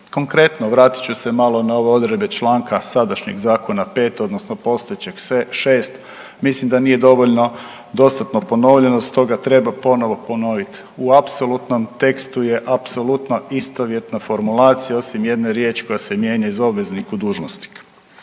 Konkretno vratit ću se malo na ove odredbe članka sadašnjeg Zakona 5. odnosno postojećeg 6., mislim da nije dovoljno dostatno ponovljeno stoga treba ponovo ponoviti u apsolutnom tekstu je apsolutna istovjetna formulacija osim jedne riječi koja se mijenja iz obveznik u dužnosnika.